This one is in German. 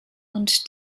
und